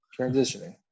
transitioning